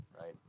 right